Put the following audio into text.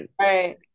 Right